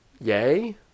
Yay